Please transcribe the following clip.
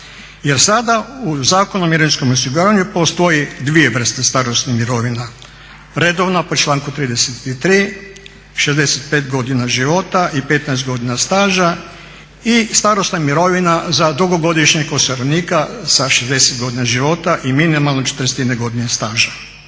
35.jer sada u Zakonu o mirovinskom osiguravanju postoji dvije vrste starosnih mirovina, redovna po članku 33., 65 godina života i 15 godina staža i starosna mirovina za dugogodišnjeg osiguranika sa 60 godina života i minimalno 41 godine staža.